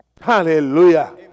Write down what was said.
Hallelujah